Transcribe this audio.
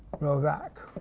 rho vac.